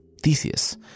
Theseus